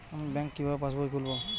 আমি ব্যাঙ্ক কিভাবে পাশবই খুলব?